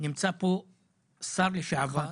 נמצא כאן שר לשעבר,